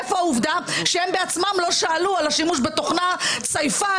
איפה העובדה שהם בעצמם לא שאלו על השימוש בתוכנת סייפן,